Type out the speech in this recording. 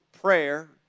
prayer